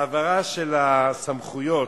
של הסמכויות.